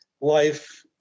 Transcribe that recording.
life